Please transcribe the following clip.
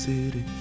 City